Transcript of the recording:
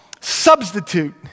substitute